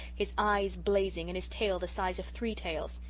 his eyes blazing, and his tail the size of three tails.